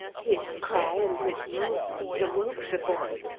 his cry and his movement awoke the boy,